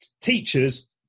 teachers